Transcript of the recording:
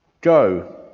Go